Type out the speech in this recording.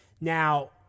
Now